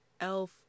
Elf